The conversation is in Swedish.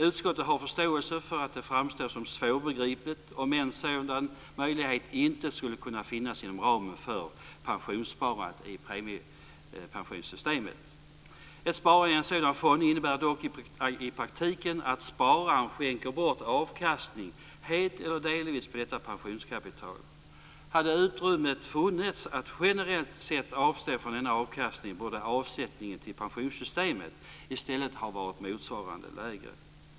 Utskottet har förståelse för att det framstår som svårbegripligt att en sådan möjlighet inte skulle kunna finnas inom ramen för pensionssparandet i premiepensionssystemet. Ett sparande i en sådan fond innebär dock i praktiken att spararen skänker bort avkastningen helt eller delvis på detta pensionskapital. Hade utrymme funnits att generellt sett avstå från denna avkastning borde avsättningen till pensionssystemet i stället ha varit motsvarande lägre.